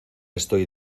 estoy